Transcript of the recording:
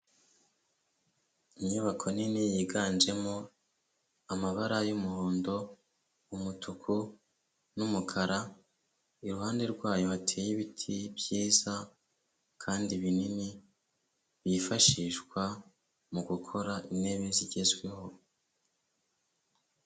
Inyubako nini yiganjemo amabara y'umuhondo, umutuku n'umukara, iruhande rwayo hateye ibiti byiza kandi binini, byifashishwa mu gukora intebe zigezweho.